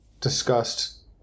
discussed